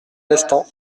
lestang